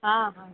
ହଁ ହଁ